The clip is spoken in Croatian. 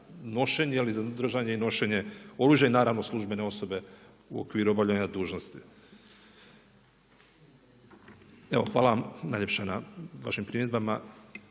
nošenje ili držanje i nošenje oružje i naravno službene osobe u okviru obavljanja dužnosti. Evo hvala vam najljepše na vašim primjedbama